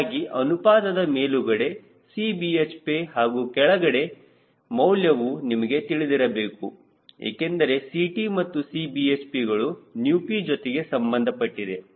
ಹೀಗಾಗಿ ಅನುಪಾತದ ಮೇಲುಗಡೆ Cbhp ಹಾಗೂ ಕೆಳಗಡೆ ಮೌಲ್ಯವು ನಮಗೆ ತಿಳಿದಿರಬೇಕು ಏಕೆಂದರೆ Ct ಮತ್ತು Cbhp ಗಳು ηp ಜೊತೆಗೆ ಸಂಬಂಧಪಟ್ಟಿದೆ